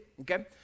okay